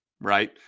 right